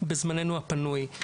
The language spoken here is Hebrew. בזמננו הפנוי.